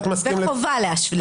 חובה לאשר את זה.